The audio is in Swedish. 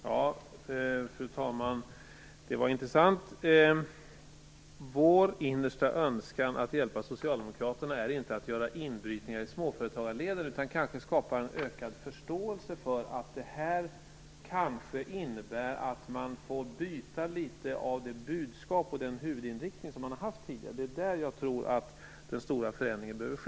Fru talman! Det var intressant. Vår innersta önskan att hjälpa Socialdemokraterna handlar inte om att göra inbrytningar i småföretagarleden utan kanske om att skapa en ökad förståelse för att det här kan innebära att man får byta litet av det budskap och den huvudinriktning som man har haft tidigare. Det är där jag tror att den stora förändringen behöver ske.